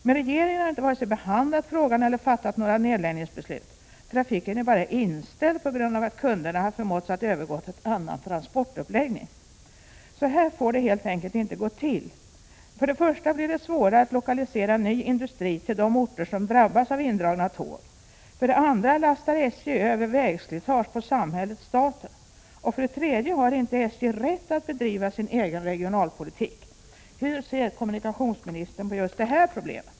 Men regeringen har inte vare sig behandlat frågan eller fattat några beslut om nedläggning. Trafiken är bara ”inställd” på grund av att kunderna har förmåtts att övergå till annan transportuppläggning. Så här får det helt enkelt inte gå till. För det första blir det svårare att lokalisera ny industri till de orter som drabbas av indragna tåg. För det andra lastar SJ över vägslitage på samhället-staten. För det tredje har inte SJ rätt att bedriva egen regionalpolitik. Hur ser kommunikationsministern på just det här problemet?